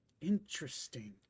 Interesting